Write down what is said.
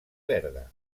verda